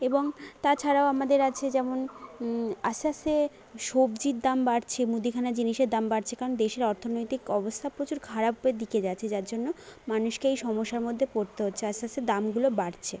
এবং তাছাড়াও আমাদের আছে যেমন আস্তে আস্তে সবজির দাম বাড়ছে মুদিখানা জিনিসের দাম বাড়ছে কারণ দেশের অর্থনৈতিক অবস্থা প্রচুর খারাপের দিকে যাচ্ছে যার জন্য মানুষকে এই সমস্যার মধ্যে পড়তে হচ্ছে আস্তে আস্তে দামগুলো বাড়ছে